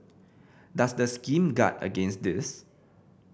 does the scheme guard against this